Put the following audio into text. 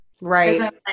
right